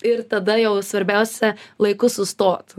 ir tada jau svarbiausia laiku sustot